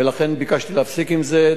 ולכן ביקשתי להפסיק עם זה,